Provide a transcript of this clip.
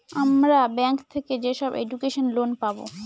আমরা ব্যাঙ্ক থেকে যেসব এডুকেশন লোন পাবো